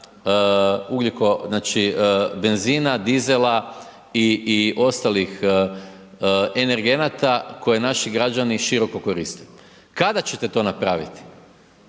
ugljiko znači benzina, dizela i ostalih energenata koji naši građani široko koriste. Kada ćete to napraviti?